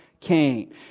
Cain